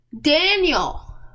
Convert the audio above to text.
Daniel